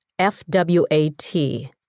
FWAT